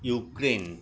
Ukraine